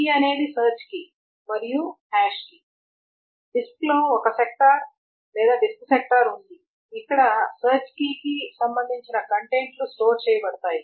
key అనేది search key మరియు hash key డిస్క్లో ఒక సెక్టార్ లేదా డిస్క్ సెక్టార్ ఉంది ఇక్కడ సెర్చ్ కీకి సంబంధించిన కంటెంట్లు స్టోర్ చేయబడతాయి